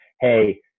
hey